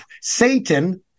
Satan